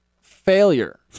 failure